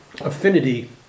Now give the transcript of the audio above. affinity